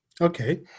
Okay